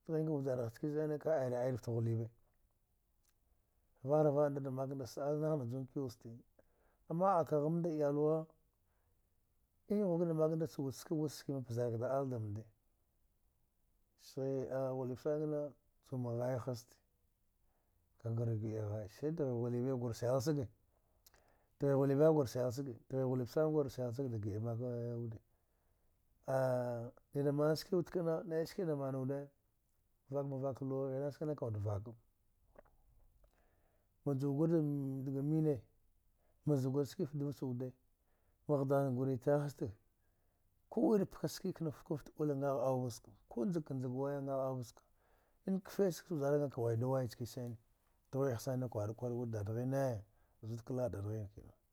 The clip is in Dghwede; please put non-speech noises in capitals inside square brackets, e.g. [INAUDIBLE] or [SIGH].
Nghinka vjarha chkinsani ka’a ay ra ay dafta ghulible va’a ra ndass az nah na junkiwaste ama aka ghmnda uyalwa ngthwa ka da maknd chuwud ska wus skima pzak da ai damnde sghi a ghulib sana kna juma ghaya haste kagur gi’a ghaya siɗghi shullibe ikwa gur sail sage dghi ghulibe gur sail sage dghi ghulib sana gur sail sag da gi’a make wude [HESITATION] dida manski wud kna naiski da man wuɗe vak ma vak luwa hina stakna kaud vaka majuwa gur daga mine ma za gur skifta dv ach uwde ma ghdan guri te haste kuwir pka ski kna kuft ouje ngagh auva ska ku njakka njag waya ngagh auvaska an kfe sa skajvah kaka waidu wai chkanisani ɗghwiaha sabva kwar guri kwara gha dadghine zu ka la’a dad ghin kina.